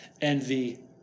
envy